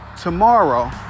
tomorrow